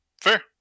Fair